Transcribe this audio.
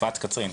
צפת קצרין.